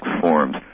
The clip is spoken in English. forms